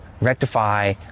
rectify